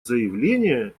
заявления